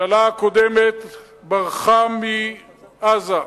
הממשלה הקודמת ברחה מעזה,